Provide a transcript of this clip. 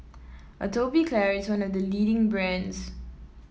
Atopiclair is one of the leading brands